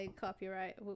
copyright